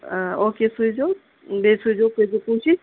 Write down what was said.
آ اوکے سوٗزیو بیٚیہِ سوٗزیو